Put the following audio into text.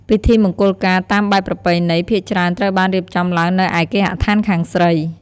ពិធីមង្គលការតាមបែបប្រពៃណីភាគច្រើនត្រូវបានរៀបចំឡើងនៅឯគេហដ្ឋានខាងស្រី។